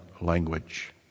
language